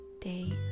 day